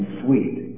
sweet